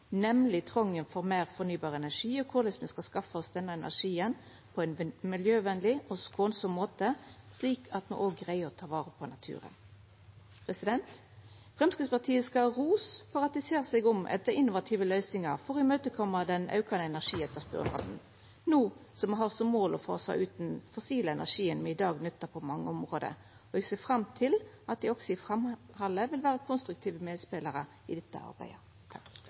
nemleg trongen for meir fornybar energi, og korleis me skal skaffa oss denne energien på ein miljøvenleg og skånsam måte, slik at me også greier å ta vare på naturen. Framstegspartiet skal ha ros for at dei ser seg om etter innovative løysingar for å møta den aukande energietterspurnaden no som me har som mål å fasa ut den fossile energien me i dag nyttar på mange område. Eg ser fram til at dei også framover vil vera konstruktive medspelarar til dette arbeidet.